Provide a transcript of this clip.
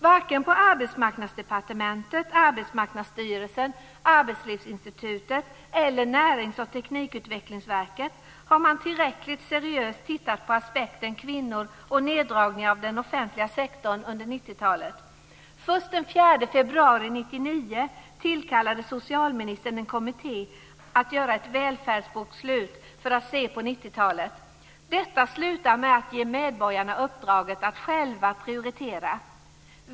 Varken på Arbetsmarknadsdepartementet, Arbetsmarknadsstyrelsen, Arbetslivsinstitutet eller Närings och teknikutvecklingsverket har man tillräckligt seriöst tittat på aspekten kvinnor och neddragningar av den offentliga sektorn under 1990-talet. Först den 4 februari 1999 tillkallade socialministern en kommitté för att göra ett välfärdsbokslut och se på 90-talet. Detta slutar med att ge medborgarna uppdraget att själva prioritera.